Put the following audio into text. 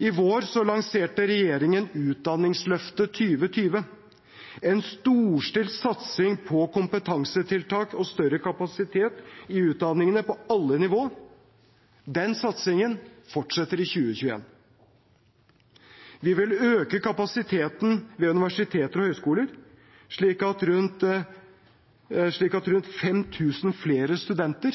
I vår lanserte regjeringen Utdanningsløftet 2020, en storstilt satsing på kompetansetiltak og større kapasitet i utdanningene på alle nivå. Den satsingen fortsetter i 2021. Vi vil øke kapasiteten ved universiteter og høyskoler slik at rundt 5 000 flere studenter